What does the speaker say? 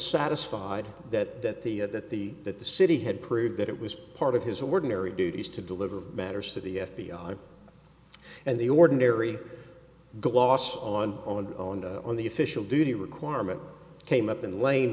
satisfied that the that the that the city had proved that it was part of his ordinary duties to deliver matters to the f b i and the ordinary gloss on and on and on the official duty requirement came up in the lane